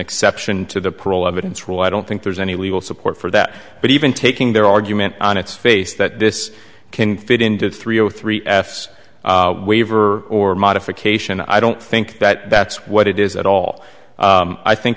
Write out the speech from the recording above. exception to the parole evidence rule i don't think there's any legal support for that but even taking their argument on its face that this can fit into three o three f's waiver or modification i don't think that that's what it is at all i think